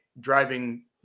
driving